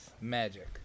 Magic